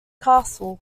castle